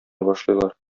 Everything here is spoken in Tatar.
башлыйлар